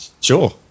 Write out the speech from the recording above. Sure